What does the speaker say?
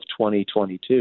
2022